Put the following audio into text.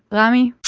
rami,